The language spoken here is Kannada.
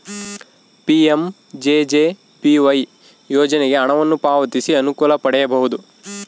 ಪಿ.ಎಂ.ಜೆ.ಜೆ.ಬಿ.ವೈ ಯೋಜನೆಗೆ ಹಣವನ್ನು ಪಾವತಿಸಿ ಅನುಕೂಲ ಪಡೆಯಬಹುದು